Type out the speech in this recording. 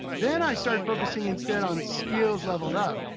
then i start focusing instead on skills leveled up.